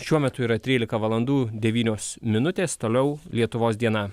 šiuo metu yra trylika valandų devynios minutės toliau lietuvos diena